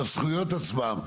בזכויות עצמן.